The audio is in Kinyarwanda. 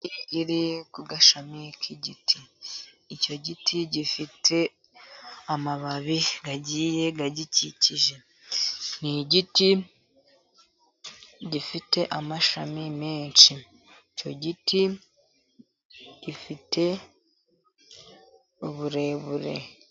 Iri ku gashami k'igiti , icyo giti gifite amababi agiye agikikije ni igiti gifite amashami menshi , icyo giti gifite uburebure.